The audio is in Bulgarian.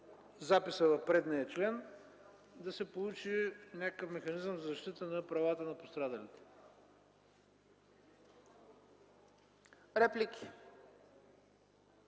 записа в предишния член. Да се получи някакъв механизъм за защита на правата на пострадалите.